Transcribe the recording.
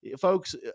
folks